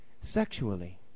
sexually